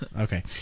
Okay